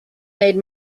made